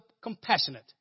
compassionate